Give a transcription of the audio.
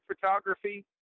photography